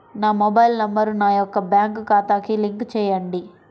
నా mobile number నా యొక్క బ్యాంక్ ఖాతాకి లింక్ చేయండీ?